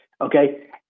Okay